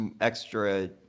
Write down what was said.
extra